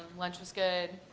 lunch was good.